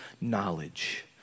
knowledge